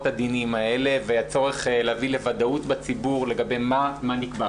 הדינים האלה והצורך להביא לוודאות בציבור לגבי מה נקבע.